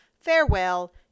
Farewell